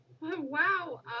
Wow